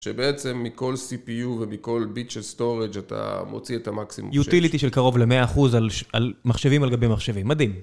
שבעצם מכל CPU ומכל ביט של Storage אתה מוציא את המקסימום. Utility של קרוב ל-100% על מחשבים על גבי מחשבים, מדהים.